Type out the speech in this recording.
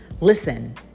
Listen